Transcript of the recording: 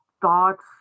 thoughts